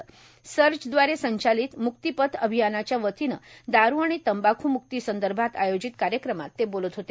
श्सर्चश्दवारे संचालित श्म्क्तिपथश अभियानाच्या वतीनं दारु आणि तंबाख्म्क्तीसंदर्भात आयोजित कार्यक्रमात ते बोलत होते